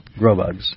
growbugs